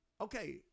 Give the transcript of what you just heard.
okay